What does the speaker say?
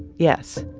yes.